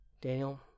Daniel